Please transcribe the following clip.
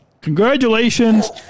congratulations